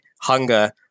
hunger